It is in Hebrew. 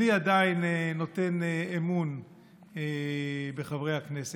אני עדיין נותן אמון בחברי הכנסת.